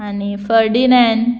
आनी फर्डिनेन